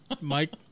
Mike